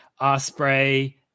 Osprey